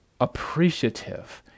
appreciative